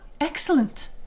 excellent